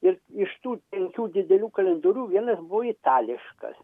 ir iš tų penkių didelių kalendorių vienas buvo itališkas